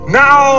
now